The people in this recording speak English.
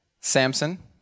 Samson